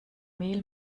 mehl